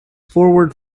forward